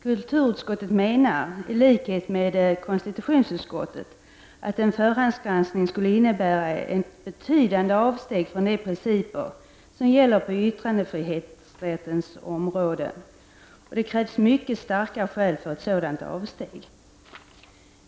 Kulturutskottet menar, i likhet med konstitutionsutskottet, att en förhandsgranskning skulle innebära ett betydande avsteg från de principer som gäller på yttrandefrihetsrättens område och att det krävs mycket starka skäl för ett sådant avsteg.